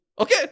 Okay